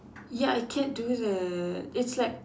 ya I can't do that it's like